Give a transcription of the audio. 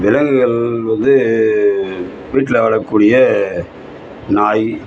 விலங்குகள் வந்து வீட்டில் வளர்க்கக்கூடிய நாய்